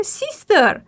sister